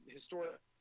Historic